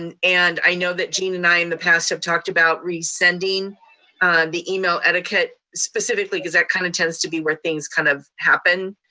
and and i know that gene and i in the past, i've talked about resending the email etiquette specifically, cause that kind of tends to be where things kind of happen